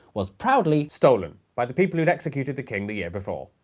was proudly. stolen. by the people who'd executed the king the year before.